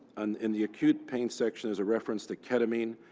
and in the acute pain section is a reference to ketamine.